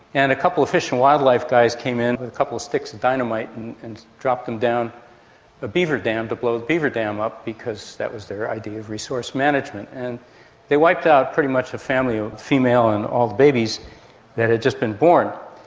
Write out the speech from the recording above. and a couple of fish and wildlife guys came in with a couple of sticks of dynamite and dropped them down a beaver dam to blow the beaver dam up because that was their idea of resource management. and they wiped out pretty much a family, a female and all the babies that had just been born.